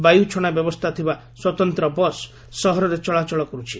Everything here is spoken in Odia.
ବାୟୁ ଛଣା ବ୍ୟବସ୍ଥା ଥିବା ସ୍ୱତନ୍ତ ବସ୍ ସହରରେ ଚଳାଚଳ କରୁଛି